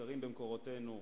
מוזכרים במקורותינו,